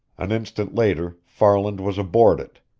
an instant later farland was aboard it,